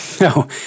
No